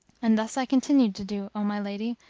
and thus i continued to do, o my lady,